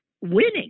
winning